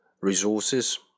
Resources